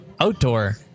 outdoor